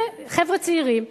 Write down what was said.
זה חבר'ה צעירים,